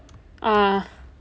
ah